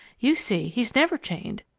you see, he's never chained.